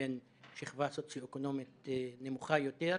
ובין שכבה סוציו-אקונומית נמוכה יותר,